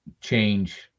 change